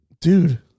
Dude